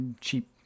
cheap